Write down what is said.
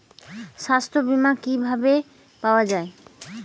সাস্থ্য বিমা কি ভাবে পাওয়া যায়?